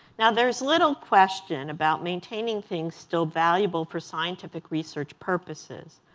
now there is little question about maintaining things still valuable for scientific research purposes.